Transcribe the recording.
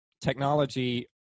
technology